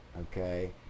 okay